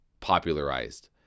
popularized